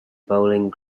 bowling